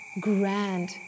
grand